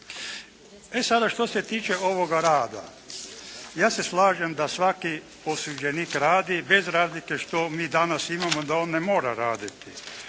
E sada, što se tiče ovoga rada ja se slažem da svaki osuđenik radi bez razlike što mi danas imamo da on ne mora raditi.